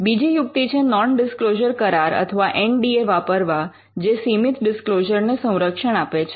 બીજી યુક્તિ છે નૉન ડિસ્ક્લોઝર કરાર અથવા એન ડી એ વાપરવા જે સીમિત ડિસ્ક્લોઝર ને સંરક્ષણ આપે છે